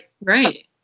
right